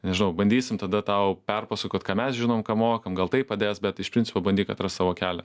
nežinau bandysim tada tau perpasakot ką mes žinom ką mokam gal tai padės bet iš principo bandyk atrast savo kelią